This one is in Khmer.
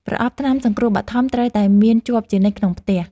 ប្រអប់ថ្នាំសង្គ្រោះបឋមត្រូវតែមានជាប់ជានិច្ចក្នុងផ្ទះ។